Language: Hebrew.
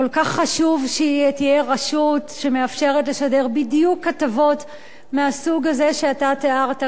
כל כך חשוב שתהיה רשות שמאפשרת לשדר בדיוק כתבות מהסוג הזה שאתה תיארת,